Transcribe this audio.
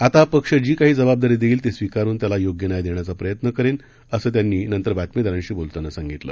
आतापक्षजीकाहीजबाबदारीदेईलतीस्वीकारूनत्यालायोग्यन्यायदेण्याचाप्रयत्नकरेन असंत्यांनीनंतरबातमीदारांशीबोलतानासांगितलं